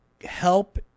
help